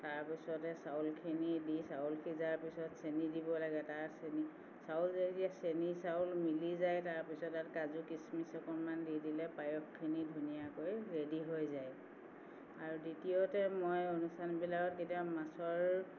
তাৰপিছতে চাউলখিনি দি চাউল সিজাৰ পিছত চেনি দিব লাগে তাত চেনি চাউল যেতিয়া চেনি চাউল মিলি যায় তাৰপিছত তাত কাজু কিচমিচ অকণমান দি দিলে পায়সখিনি ধুনীয়াকৈ ৰেডি হৈ যায় আৰু দ্বিতীয়তে মই অনুষ্ঠানবিলাকত কেতিয়াবা মাছৰ